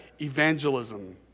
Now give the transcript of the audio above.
evangelism